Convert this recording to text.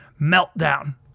meltdown